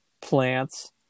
plants